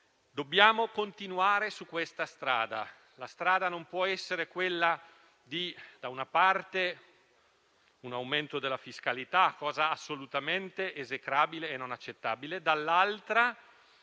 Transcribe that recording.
dobbiamo continuare su questa strada. La strada non può essere quella di avere, da una parte, un aumento della fiscalità, cosa assolutamente esecrabile e non accettabile e, dall'altra,